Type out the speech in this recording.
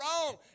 wrong